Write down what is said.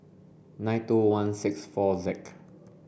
nine two one six four Z